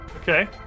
Okay